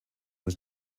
was